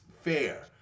fair